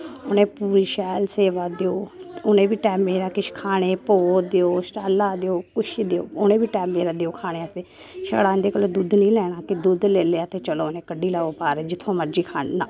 उनें पूरी शैल सेवा देओ उनें ई बी टैमे दा किश खानेई भो देओ शटाल्ला देओ कुछ देओ उनें ई बी टैमे दा देओ खाने आस्तै छड़ा उं'दे कोला दुध्द नी लैना कि दुध्द लेई लेआ ते उनेई क'ड्ढी लैओ बाह्र जित्थोआं मर्जी खाई लैन